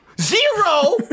zero